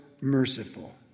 merciful